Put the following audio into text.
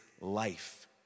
life